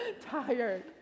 Tired